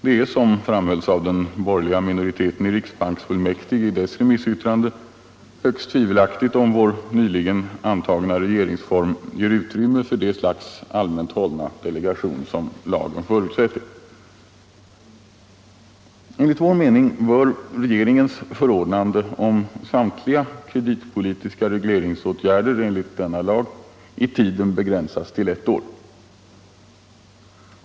Det är, såsom framhölls av den borgerliga minoriteten i riksbanksfullmäktige i dess remissyttrande, högst tvivelaktigt om vår nyligen antagna regeringsform ger utrymme för det slags allmänt hållna delegation som lagen förutsätter. Enligt vår mening bör regeringens förordnande om samtliga kreditpolitiska regleringsåtgärder enligt denna lag i tiden begränsas till ett år.